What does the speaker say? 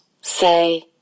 say